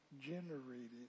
generated